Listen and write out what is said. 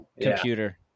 computer